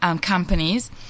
companies